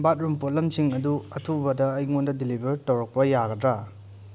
ꯕꯥꯠꯔꯨꯝ ꯄꯣꯠꯂꯝꯁꯤꯡ ꯑꯗꯨ ꯑꯊꯨꯕꯗ ꯑꯩꯉꯣꯟꯗ ꯗꯤꯂꯤꯕꯔ ꯌꯧꯔꯛꯄ ꯌꯥꯒꯗ꯭ꯔꯥ